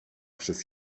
przez